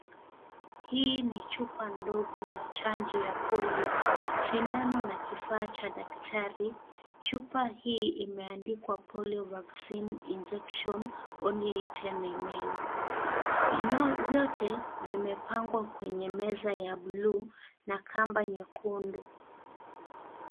Hii ni chupa ndogo ya chanjo ya polio , sindano na kifaa cha daktari. Chupa hii imeandikwa Polio Vaccine injecion only 10ml . Vyote vimepangwa kwenye meza ya buluu na kamba nyekundu.